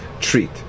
treat